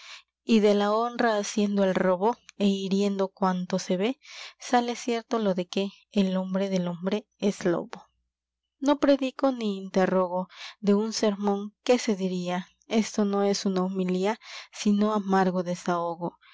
y de la honra haciendo el robo é hiriendo cuanto se ve sale cierto lo de que el hombre del hombre es lobo iii no de un predico no interrogo se sermón qué diría esto no es una homilía sino amargo desahogo